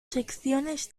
secciones